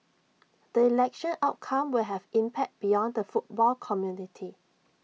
the election outcome will have impact beyond the football community